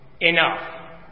enough